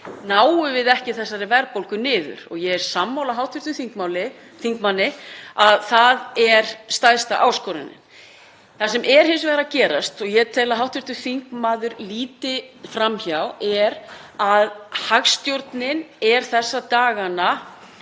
náum við ekki þessari verðbólgu niður og ég er sammála hv. þingmanni að það er stærsta áskorunin. Það sem er hins vegar að gerast, og ég tel að hv. þingmaður líti fram hjá, er að hagstjórnin þessa dagana